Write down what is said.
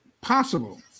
possible